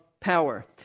power